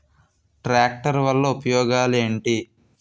Tractor వల్ల ఉపయోగాలు ఏంటీ?